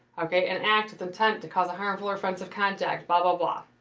okay. and act, intent to cause a harmful or offensive contact but blah